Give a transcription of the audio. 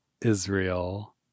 Israel